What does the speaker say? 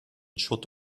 schutt